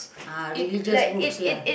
uh religious books ya